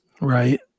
right